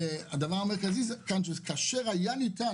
הדבר המרכזי הוא שכאשר ניתן היה,